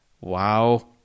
wow